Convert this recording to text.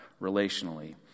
relationally